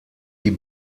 die